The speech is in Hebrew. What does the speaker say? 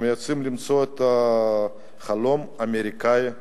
הם יוצאים למצוא את החלום האמריקני,